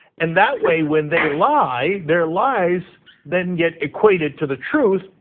and that way when they lie, their lies then get equated to the truth,